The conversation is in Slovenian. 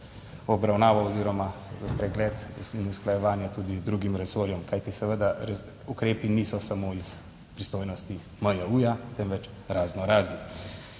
obravnavo oziroma pregled in usklajevanje tudi drugim resorjem. Kajti seveda ukrepi niso samo iz pristojnosti MJU, temveč razno raznih,